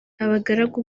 abagaragu